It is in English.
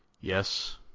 Yes